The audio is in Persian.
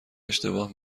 اشتباه